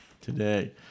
today